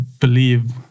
believe